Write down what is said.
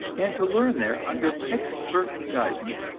and to learn there, under expert guidance,